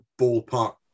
ballpark